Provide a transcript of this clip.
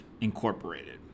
Incorporated